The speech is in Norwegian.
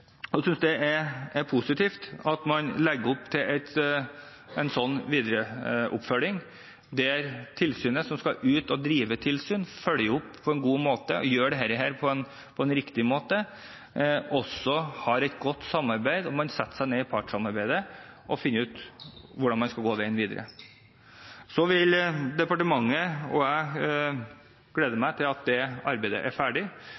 at Arbeidstilsynet som skal ut og drive tilsyn, følger opp på en god måte og gjør dette på en riktig måte, og at man har et godt samarbeid og setter seg ned i partssamarbeidet for å finne ut hvordan man skal gå videre. Jeg gleder meg til det arbeidet er ferdig, og så vil jeg vente på Arbeidstilsynet og samarbeidsforumets anbefalinger. Når de ligger på mitt bord, vil jeg raskt ta stilling til hvordan man kan gå videre. Det